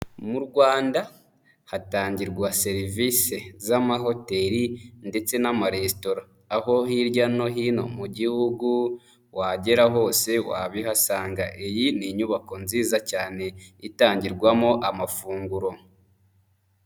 Mu rwanda hatangirwa serivisi z'amahoteli ndetse n'amaresitora, aho hirya no hino mu gihugu wagera hose wabihasanga. Iyi ni inyubako nziza cyane itangirwamo amafunguro.